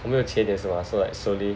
我没有钱也是吗 so like slowly